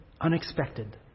unexpected